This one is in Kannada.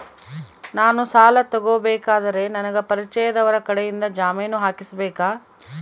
ನಾನು ಸಾಲ ತಗೋಬೇಕಾದರೆ ನನಗ ಪರಿಚಯದವರ ಕಡೆಯಿಂದ ಜಾಮೇನು ಹಾಕಿಸಬೇಕಾ?